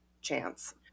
chance